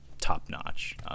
top-notch